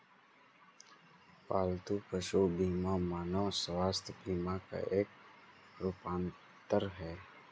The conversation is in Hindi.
पालतू पशु बीमा मानव स्वास्थ्य बीमा का एक रूपांतर है